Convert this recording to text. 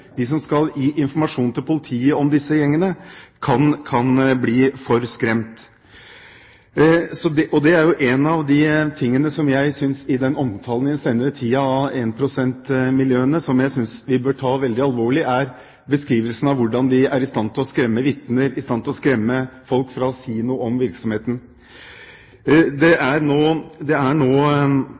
de sidene. Det kan også føre til at de som skal stille opp som vitner, de som skal gi informasjon til politiet om disse gjengene, kan bli for skremt. Og én av de tingene i omtalen av én-prosent-miljøene den senere tiden som jeg synes vi bør ta veldig alvorlig, er beskrivelsen av hvordan de er i stand til å skremme vitner, i stand til å skremme folk fra å si noe om virksomheten.